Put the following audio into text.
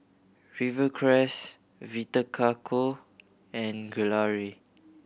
Rivercrest Vita Coco and Gelare